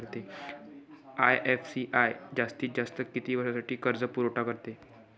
IFCI जास्तीत जास्त किती वर्षासाठी कर्जपुरवठा करते?